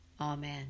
Amen